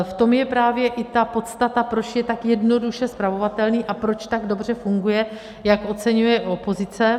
v tom je právě i ta podstata, proč je tak jednoduše spravovatelný a proč tak dobře funguje, jak oceňuje i opozice.